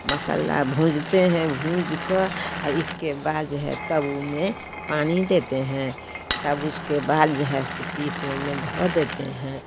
मसला भूँजते है भूँजकर और इसके बाद जो है तब उसमें पानी देते हैं तब उसके बाद जो है सो पीस और में धो देते हैं